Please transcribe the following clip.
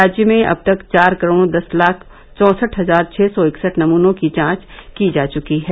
राज्य में अब तक चार करोड़ दस लाख चौसठ हजार छ सौ इकसठ नमूनों की जांच की जा चुकी है